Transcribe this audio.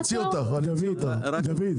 אדוני,